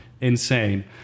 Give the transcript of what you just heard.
insane